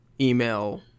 email